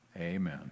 Amen